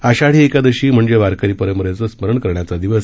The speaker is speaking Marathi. आषाढी एकादशी म्हणजे वारकरी परंपरेचे स्मरण करण्याचा दिवस